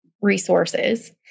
resources